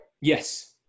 yes